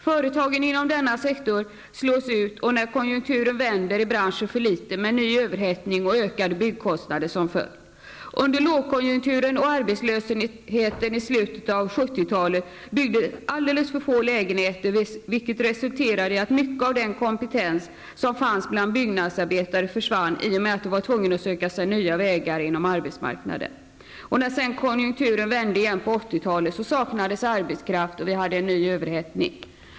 Företagen inom denna sektor slås ut, och när konjunkturen vänder är branschen för liten, med ny överhettning och ökande byggkostnader som följd. Under lågkonjunkturen och arbetslösheten i slutet av 70-talet byggdes alldeles för få lägenheter, vilket resulterade i att mycket av den kompetens som fanns bland byggnadsarbetare försvann i och med att de var tvungna att söka sig nya vägar inom arbetsmarknaden. När sedan konjunkturen vände igen under 80-talet saknades arbetskraft, och det blev en ny överhettning.